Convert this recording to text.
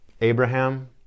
Abraham